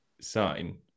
sign